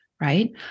right